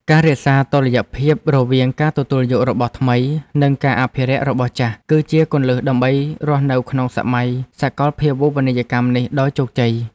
ការរក្សាតុល្យភាពរវាងការទទួលយករបស់ថ្មី និងការអភិរក្សរបស់ចាស់ គឺជាគន្លឹះដើម្បីរស់នៅក្នុងសម័យសកលភាវូបនីយកម្មនេះដោយជោគជ័យ។